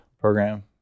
program